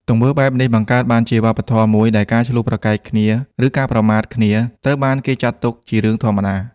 ទង្វើបែបនេះ បង្កើតបានជាវប្បធម៌មួយដែលការឈ្លោះប្រកែកគ្នា ឬការប្រមាថគ្នាត្រូវបានគេចាត់ទុកជារឿងធម្មតា។